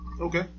Okay